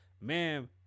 ma'am